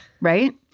Right